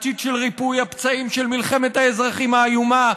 עתיד של ריפוי הפצעים של מלחמת האזרחים האיומה,